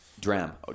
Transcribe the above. Dram